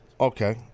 okay